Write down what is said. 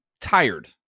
tired